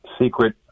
secret